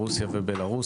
רוסיה ובלרוס,